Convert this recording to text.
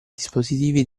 dispositivi